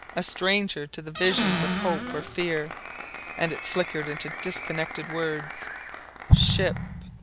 a stranger to the visions of hope or fear and it flickered into disconnected words ship.